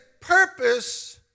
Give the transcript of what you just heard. purpose